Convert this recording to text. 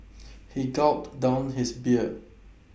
he gulped down his beer